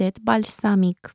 balsamic